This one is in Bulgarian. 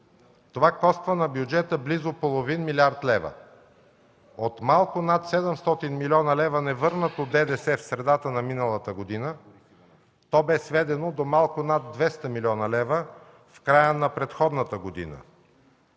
Това коства на бюджета близо половин милиард лева. От малко над 700 милиона невърнато ДДС в средата на миналата година, то бе сведено до малко над 200 млн. лв. в края на предходната година.